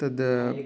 तद्